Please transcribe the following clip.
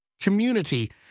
community